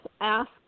ask